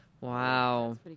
wow